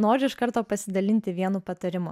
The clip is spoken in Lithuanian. noriu iš karto pasidalinti vienu patarimu